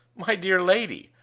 my dear lady,